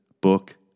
book